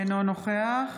אינו נוכח